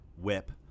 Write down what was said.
whip